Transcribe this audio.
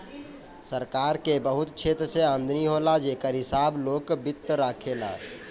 सरकार के बहुत क्षेत्र से आमदनी होला जेकर हिसाब लोक वित्त राखेला